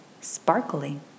sparkling